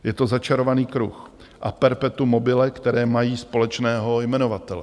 Je to začarovaný kruh a perpetum mobile, které mají společného jmenovatele.